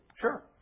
Sure